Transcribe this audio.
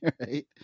right